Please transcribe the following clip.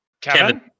Kevin